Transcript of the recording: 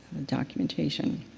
documentation.